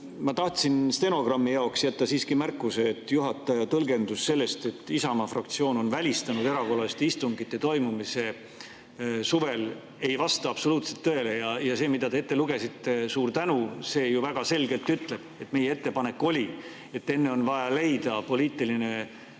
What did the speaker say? ma tahtsin stenogrammi jaoks öelda siiski ühe märkuse. Juhataja tõlgendus sellest, et Isamaa fraktsioon on välistanud erakorraliste istungite toimumise suvel, ei vasta absoluutselt tõele. See, mida te ette lugesite – suur tänu! –, ütleb ju väga selgelt, et meie ettepanek oli see, et enne on vaja leida poliitiline üksmeel